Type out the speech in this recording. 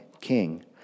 king